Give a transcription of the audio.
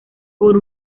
por